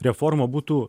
reforma būtų